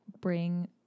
bring